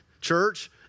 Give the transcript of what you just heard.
church